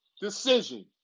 decision